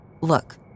look